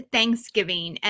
Thanksgiving